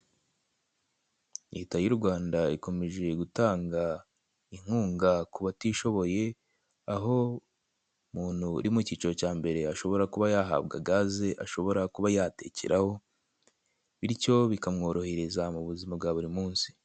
Leta y'u Rwanda ikomeje gutanga Inkunga ku bantu batishoboye aho umuntu uri mu cyiciro cya mbere, ashobora kuba yahabwa gaz ashobora kuba yatekeraho bityo bikamworohereza ubuzima bwa buri munsi.